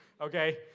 Okay